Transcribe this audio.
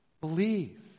believe